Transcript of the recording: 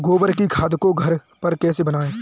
गोबर की खाद को घर पर कैसे बनाएँ?